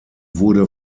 wurde